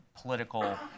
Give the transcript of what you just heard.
political